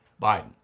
Biden